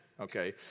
okay